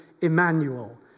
Emmanuel